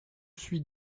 suis